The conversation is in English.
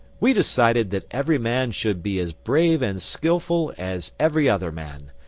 we decided that every man should be as brave and skilful as every other man,